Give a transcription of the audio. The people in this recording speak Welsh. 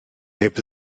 heb